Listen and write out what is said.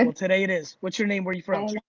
um today it is. what's your name, where you from? oh,